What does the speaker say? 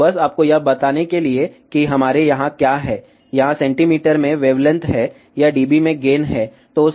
तो बस आपको यह बताने के लिए कि हमारे यहां क्या है यहां सेंटीमीटर में वेवलेंथ है यह डीबी में गेन है